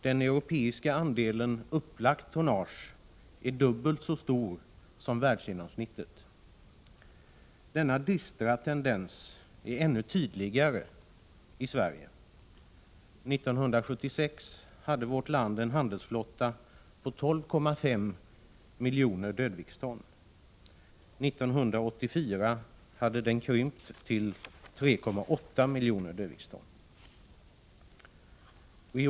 Den europeiska andelen upplagt tonnage är dubbelt så stor som världsgenomsnittet. Denna dystra tendens är ännu tydligare i Sverige. År 1976 hade vårt land en handelsflotta på 12,5 miljoner dödviktston. År 1984 hade den krympt till 3,8 miljoner dödviktston.